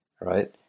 right